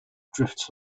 drifts